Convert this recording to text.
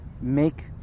make